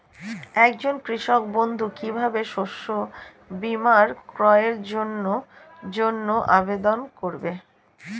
একজন কৃষক বন্ধু কিভাবে শস্য বীমার ক্রয়ের জন্যজন্য আবেদন করবে?